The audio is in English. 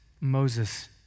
Moses